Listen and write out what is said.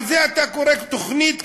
לזה אתה קורא תוכנית כלכלית?